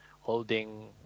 holding